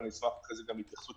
ואני אשמח אחרי זה גם להתייחסות,